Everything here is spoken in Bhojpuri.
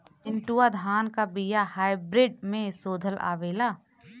चिन्टूवा धान क बिया हाइब्रिड में शोधल आवेला?